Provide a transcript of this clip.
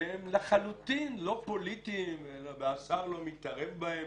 שהם לחלוטין לא פוליטיים והשר לא מתערב בהם.